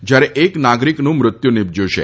જ્યારે એક નાગરિકનું મૃત્યુ નિપજ્યું છે